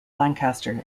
lancaster